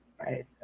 Right